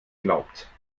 glaubt